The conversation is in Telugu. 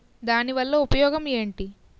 దాని వల్ల ఉపయోగం ఎంటి?